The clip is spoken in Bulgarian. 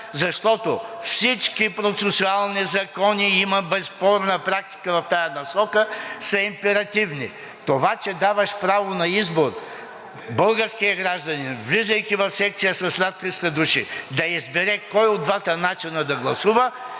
защото всички процесуални закони, има безспорна практика в тази насока, са императивни. Това, че даваш право на избор – българският гражданин, влизайки в секция с над 300 души, да избере по кой от двата начина да гласува,